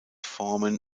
formen